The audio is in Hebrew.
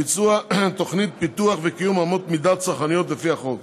ביצוע תוכנית פיתוח וקיום אמות המידה הצרכניות לפי החוק.